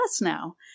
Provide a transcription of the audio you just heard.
now